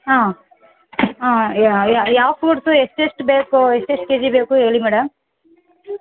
ಹಾಂ ಹಾಂ ಯಾವ ಫ್ರೂಟ್ಸು ಎಷ್ಟು ಎಷ್ಟು ಬೇಕು ಎಷ್ಟೆಷ್ಟು ಕೆ ಜಿ ಬೇಕು ಹೇಳಿ ಮೇಡಮ್